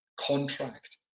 contract